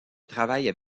travaillent